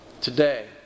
Today